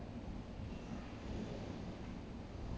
我的第一部戏是